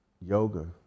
Yoga